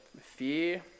fear